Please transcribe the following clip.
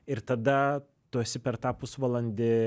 ir tada tu esi per tą pusvalandį